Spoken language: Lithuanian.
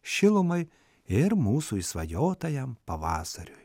šilumai ir mūsų išsvajotajam pavasariui